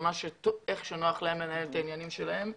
איך שנוח לו לנהל את העניינים שלו.